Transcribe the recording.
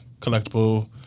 collectible